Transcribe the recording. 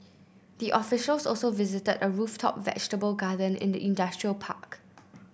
the officials also visited a rooftop vegetable garden in the industrial park